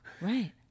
Right